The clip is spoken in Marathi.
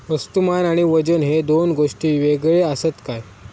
वस्तुमान आणि वजन हे दोन गोष्टी वेगळे आसत काय?